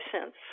cents